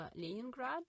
Leningrad